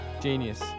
Genius